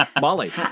Molly